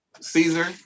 Caesar